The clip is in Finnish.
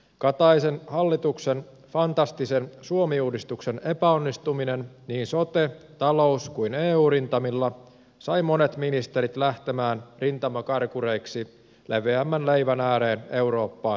kataisen hallituksen fantastisen suomi uudistuksen epäonnistuminen niin sote talous kuin eu rintamilla sai monet ministerit lähtemään rintamakarkureiksi leveämmän leivän ääreen eurooppaan tai muualle